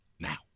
Now